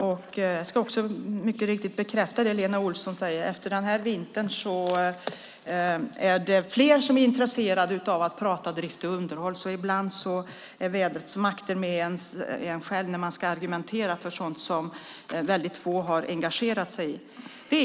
Herr talman! Jag vill bekräfta det Lena Olsson säger: Efter den här vintern är det fler som är intresserade av att prata drift och underhåll. Ibland är vädrets makter med en när man ska argumentera för sådant som väldigt få har engagerat sig i.